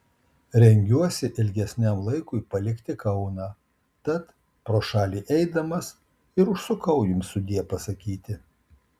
rengiuosi ilgesniam laikui palikti kauną tat pro šalį eidamas ir užsukau jums sudie pasakyti